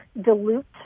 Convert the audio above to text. dilute